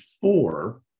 four